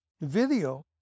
video